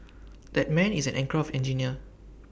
that man is an aircraft engineer